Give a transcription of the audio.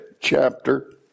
chapter